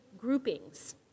groupings